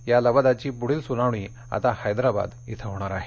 या लवादाची पुढील सुनावणी आता हैद्राबाद इथं होणार आहे